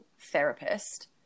therapist